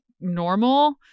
normal